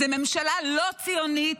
זאת ממשלה לא ציונית,